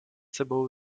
sebou